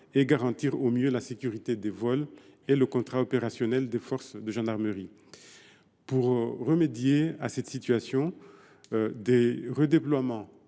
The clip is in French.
de garantir au mieux la sécurité des vols et le contrat opérationnel des forces de gendarmerie. Pour remédier à cette situation, des redéploiements